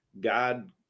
God